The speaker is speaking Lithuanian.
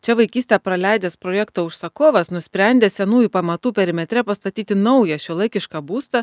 čia vaikystę praleidęs projekto užsakovas nusprendė senųjų pamatų perimetre pastatyti naują šiuolaikišką būstą